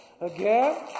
Again